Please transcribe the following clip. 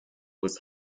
was